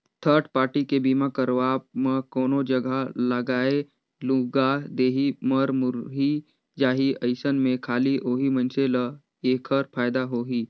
third party के बीमा करवाब म कोनो जघा लागय लूगा देही, मर मुर्री जाही अइसन में खाली ओही मइनसे ल ऐखर फायदा होही